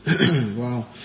Wow